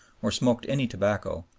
or smoked any tobacco,